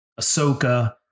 Ahsoka